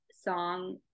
song